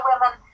women